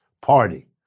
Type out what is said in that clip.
Party